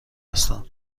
هستم